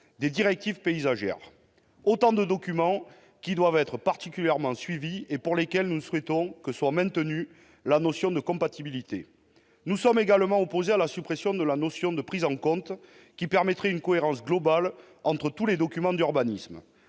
aux directives paysagères : autant de documents qui doivent être particulièrement suivis et pour lesquels nous souhaitons que soit maintenue la notion de compatibilité ! Nous sommes également opposés à la suppression de la notion de prise en compte, qui permettait une cohérence globale entre tous les documents d'urbanisme.